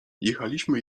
jechaliśmy